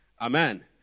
Amen